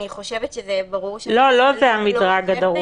אני חושבת שזה ברור --- לא, לא זה המדרג הדרוש.